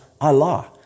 Allah